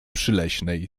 przyleśnej